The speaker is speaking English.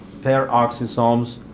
Peroxisomes